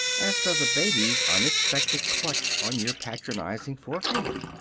as does a baby's unexpected clutch on your patronizing forefinger.